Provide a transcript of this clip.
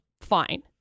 fine